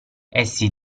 essi